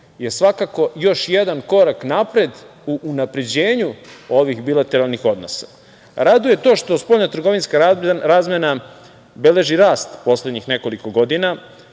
je svakako još jedan korak napred u unapređenju ovih bilateralnih odnosa. Raduje to što spoljno-trgovinska razmena beleži rast poslednjih nekoliko godina,